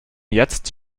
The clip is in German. jetzt